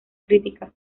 crítica